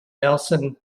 nelson